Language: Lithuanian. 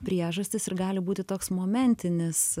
priežastys ir gali būti toks momentinis